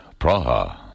Praha